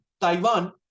Taiwan